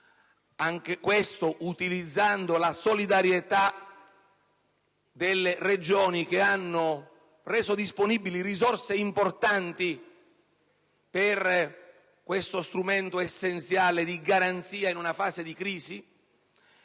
anche utilizzando la solidarietà delle Regioni, che hanno reso disponibili risorse importanti per questo strumento essenziale di garanzia in una fase di crisi,